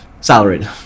Salaried